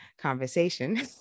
conversation